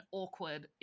awkward